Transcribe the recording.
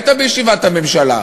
היית בישיבת הממשלה,